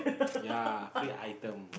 ya free item